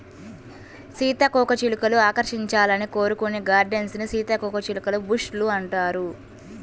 సీతాకోకచిలుకలు ఆకర్షించాలని కోరుకునే గార్డెన్స్ ని సీతాకోకచిలుక బుష్ లు అంటారు